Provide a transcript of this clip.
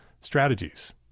strategies